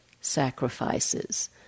sacrifices